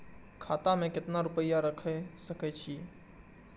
खाता में केतना रूपया रैख सके छी?